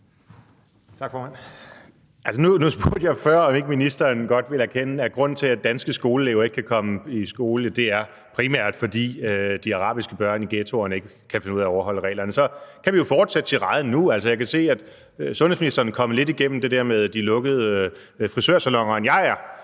Nu spurgte jeg jo før, om ikke ministeren godt ville erkende, at grunden til, at danske skoleelever ikke kan komme i skole, primært er, at de arabiske børn i ghettoerne ikke kan finde ud af at overholde reglerne. Så kan vi jo fortsætte tiraden nu. Jeg kan se, at sundhedsministeren er kommet lidt mere igennem det der med de lukkede frisørsaloner, end jeg er.